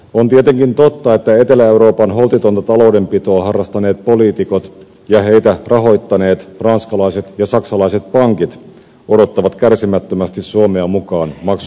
on tietenkin totta että etelä euroopan holtitonta taloudenpitoa harrastaneet poliitikot ja heitä rahoittaneet ranskalaiset ja saksalaiset pankit odottavat kärsimättömästi suomea mukaan maksutalkoisiin